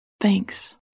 Thanks